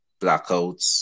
blackouts